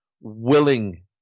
willing